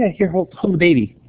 here, hold the baby!